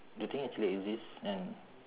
the thing actually exist then